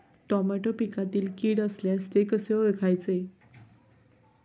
Tomato पिकातील कीड असल्यास ते कसे ओळखायचे?